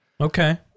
Okay